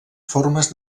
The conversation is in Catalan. formes